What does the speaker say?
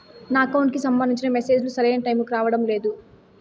నా అకౌంట్ కి సంబంధించిన మెసేజ్ లు సరైన టైముకి రావడం లేదు